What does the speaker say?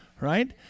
right